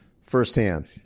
firsthand